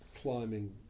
climbing